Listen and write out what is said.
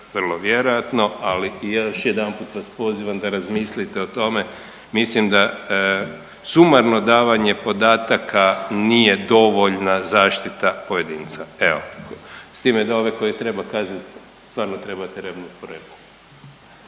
vrlo vjerojatno, ali još jedanput vas pozivam da razmislite o tome, mislim da sumarno davanje podataka nije dovoljna zaštita pojedinca, evo s time da ove koje treba kaznit stvarno trebate…/Govornik